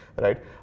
right